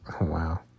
Wow